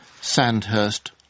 Sandhurst